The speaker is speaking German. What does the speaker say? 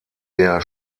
der